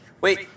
Wait